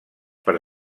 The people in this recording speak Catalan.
per